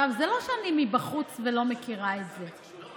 זה לא שאני מבחוץ ולא מכירה את זה.